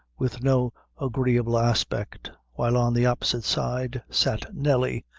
with no agreeable aspect while on the opposite side sat nelly,